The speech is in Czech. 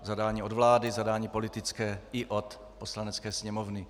Zadání od vlády, zadání politické i od Poslanecké sněmovny.